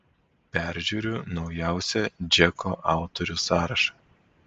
peržiūriu naujausią džeko autorių sąrašą